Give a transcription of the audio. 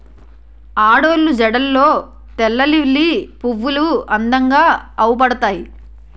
ఆడోళ్ళు జడల్లో తెల్లలిల్లి పువ్వులు అందంగా అవుపడతాయి